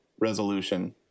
resolution